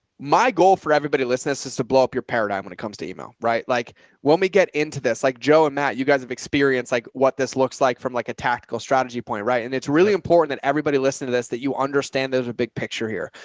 my goal for everybody listening to this, to blow up your paradigm when it comes to email, right? like when we get into this, like joe and matt, you guys have experienced like what this looks like from like a tactical strategy point. right? and it's really important that everybody listening to this, that you understand, there's a big picture here,